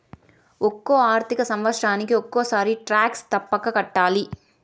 ఒక్కో ఆర్థిక సంవత్సరానికి ఒక్కసారి టాక్స్ తప్పక కట్టాలి